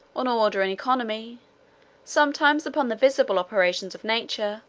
on order and economy sometimes upon the visible operations of nature,